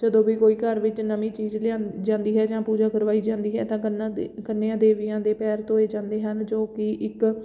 ਜਦੋਂ ਵੀ ਕੋਈ ਘਰ ਵਿੱਚ ਨਵੀਂ ਚੀਜ਼ ਲਿਆਉਂਦੀ ਜਾਂਦੀ ਹੈ ਜਾਂ ਪੂਜਾ ਕਰਵਾਈ ਜਾਂਦੀ ਹੈ ਤਾਂ ਕੰਨਾਂ ਦੇ ਕੰਨਿਆਂ ਦੇਵੀਆਂ ਦੇ ਪੈਰ ਧੋਏ ਜਾਂਦੇ ਹਨ ਜੋ ਕਿ ਇੱਕ